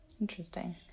Interesting